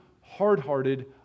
hard-hearted